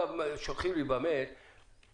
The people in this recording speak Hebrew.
אני לא יודעת מה הייתה הבעיה במקרה הנקודתי.